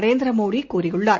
நரேந்திரமோடிகூறியுள்ளார்